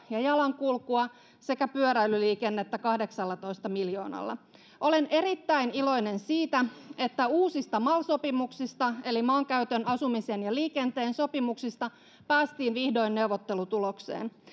ja jalankulkua sekä pyöräilyliikennettä kahdeksallatoista miljoonalla eurolla olen erittäin iloinen siitä että uusista mal sopimuksista eli maankäytön asumisen ja liikenteen sopimuksista päästiin vihdoin neuvottelutulokseen